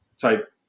type